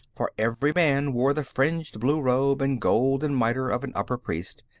for every man wore the fringed blue robe and golden miter of an upper-priest,